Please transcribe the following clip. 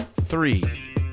three